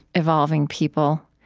evolving people.